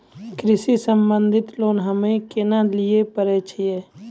कृषि संबंधित लोन हम्मय केना लिये पारे छियै?